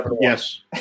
Yes